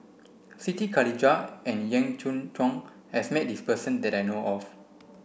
Siti Khalijah and Yee Jenn Jong has met this person that I know of